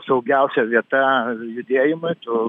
saugiausia vieta judėjimui tų